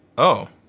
oh.